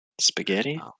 spaghetti